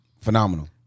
Phenomenal